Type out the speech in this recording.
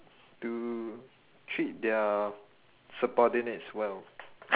to treat their subordinates well